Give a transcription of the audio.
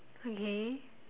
okay